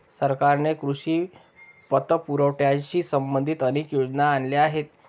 सरकारने कृषी पतपुरवठ्याशी संबंधित अनेक योजना आणल्या आहेत